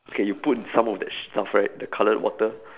okay you put some of that sh~ stuff right the coloured water